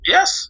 Yes